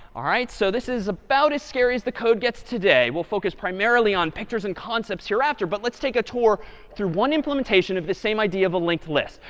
all right, so this is about as scary as the code gets today. we'll focus primarily on pictures and concepts hereafter. but let's take a tour through one implementation of this same idea of a linked list.